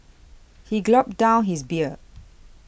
he gulped down his beer